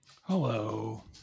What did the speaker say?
Hello